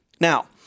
Now